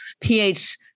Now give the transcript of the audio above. pH